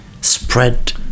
spread